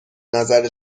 نظر